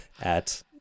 at-